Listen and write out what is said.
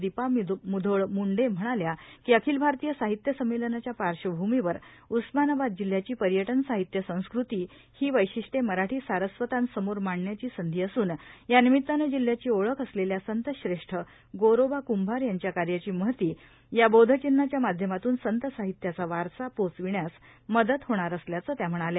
दीपा म्रुघोळ म्रुंडे म्हणाल्या की अखिल भारतीय साहित्य संमेलनाच्या पार्श्वभूमीवर उस्मानाबद जिल्ह्यांची पर्यटव साहित्य संस्कृती ही वैशिष्ट्वे मरावी सारस्वतांसमोर मांडण्याची संघी असून यानिमित्तानं जिल्ह्याची ओळख असलेल्या संतश्रेष्ठ गोरोबा कुंभार यांच्या कार्याची महती या बोधविव्हाच्या माध्यमातून संतसाहित्याचा वारसा पोहोचविण्यास मदत होणार असल्याचं त्या म्हणाल्या